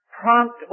Prompt